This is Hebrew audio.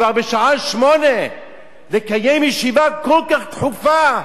כבר בשעה 08:00 לקיים ישיבה כל כך דחופה,